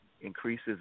Increases